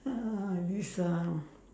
oh this um